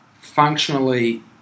functionally